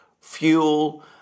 fuel